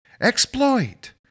Exploit